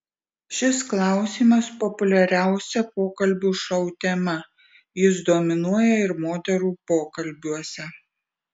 šis klausimas populiariausia pokalbių šou tema jis dominuoja ir moterų pokalbiuose